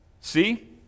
See